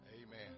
Amen